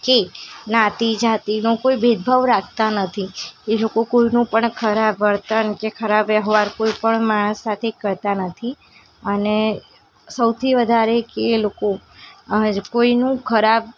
કે જ્ઞાતિ જાતિનો કોઈ ભેદભાવ રાખતા નથી એ લોકો કોઈનું પણ ખરાબ વર્તન કે ખરાબ વ્યવહાર કોઈપણ માણસ સાથે કરતા નથી અને સૌથી વધારે કે એ લોકો કોઈનું ખરાબ